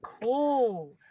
cool